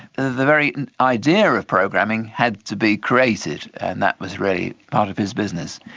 the very idea of programming had to be created and that was really part of his business.